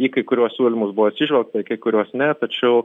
į kai kuriuos siūlymus buvo atsižvelgta į kai kurios ne tačiau